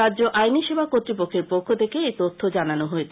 রাজ্য আইনি সেবা কর্তৃপক্ষের পক্ষ থেকে এই তথ্য জানানো হয়েছে